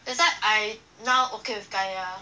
that's why I now okay with kaya